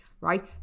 right